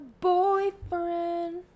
boyfriend